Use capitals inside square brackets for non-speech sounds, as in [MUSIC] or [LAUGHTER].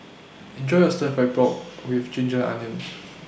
Enjoy your Stir Fried Pork with Ginger Onions [NOISE]